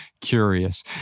curious